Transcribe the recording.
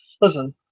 listen